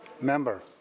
Member